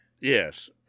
Yes